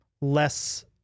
less